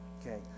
okay